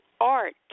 Art